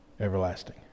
everlasting